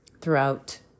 throughout